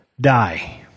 Die